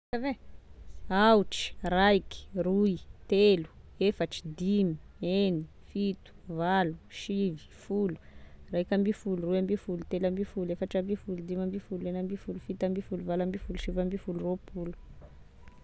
Ave aotry, raiky, roy, telo, efatry, dimy, eny, fito, valo, sivy, folo, raika ambifolo, roambifolo, telo ambifolo, efatra ambifolo, dimy ambifolo, egnina ambifolo, fito ambifolo, valo ambifolo, sivy ambifolo, roapolo